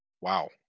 Wow